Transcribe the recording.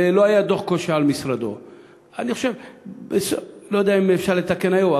ולא היה דוח כושל על משרדו אני לא יודע אם אפשר לתקן היום,